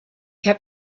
kept